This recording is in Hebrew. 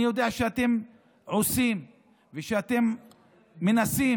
אני יודע שאתם עושים ושאתם מנסים,